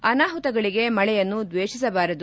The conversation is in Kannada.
ಅನಾಹುತಗಳಿಗೆ ಮಳೆಯನ್ನು ದ್ವೇಷಿಸಬಾರದು